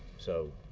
so